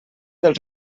dels